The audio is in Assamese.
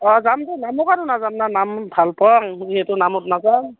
অঁ যাম যাম নামঘৰত আৰু নাযাম না নাম ভাল পাওঁ যিহেতু নামত নাযাম